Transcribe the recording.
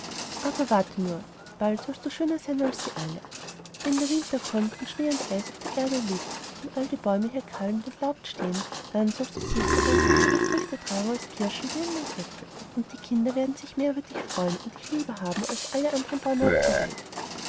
aber warte nur bald sollst du schöner sein als sie alle wenn der winter kommt und schnee und eis auf der erde liegt und all die bäume hier kahl und entlaubt stehen dann sollst du süßere und buntere früchte tragen als kirschen birnen und äpfel und die kinder werden sich mehr über dich freuen und dich lieber haben als alle andern bäume auf der welt